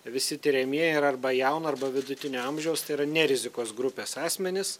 visi tiriamieji yra arba jauno arba vidutinio amžiaus tai yra ne rizikos grupės asmenys